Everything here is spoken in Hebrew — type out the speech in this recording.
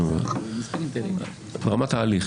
ברמת ההליך.